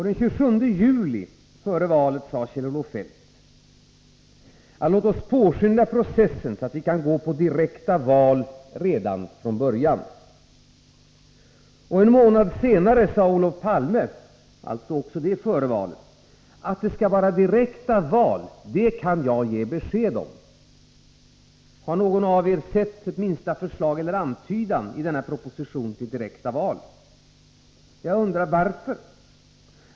Den 27 juli 1982, före valet, sade Kjell-Olof Feldt: ”Låt oss påskynda processen så att vi kan gå på direkta val redan från början.” En månad senare, dvs. också före valet, sade Olof Palme: ”Att det skall vara direkta val det kan jag ge besked om.” Har någon av er sett minsta förslag eller antydan i denna proposition till direkta val? Jag undrar: Varför?